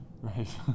Right